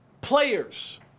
players